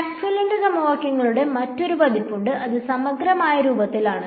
മാക്സ്വെല്ലിന്റെ സമവാക്യങ്ങളുടെ മറ്റൊരു പതിപ്പുണ്ട് അത് സമഗ്രമായ രൂപത്തിലാണ്